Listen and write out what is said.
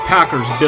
Packers